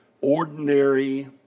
ordinary